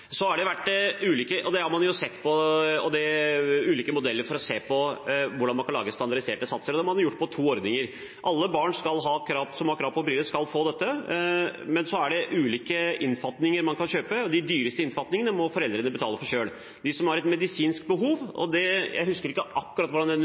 Man har sett på ulike modeller for hvordan man kan lage standardiserte satser. Det har man gjort for to ordninger. Alle barn som har krav på briller, skal få det, men man kan kjøpe ulike innfatninger. De dyreste innfatningene må foreldrene betale selv. Jeg husker ikke nøyaktig hvordan verbalvedtaket er formulert – hvis Kaski ønsker det, kan jeg finne det for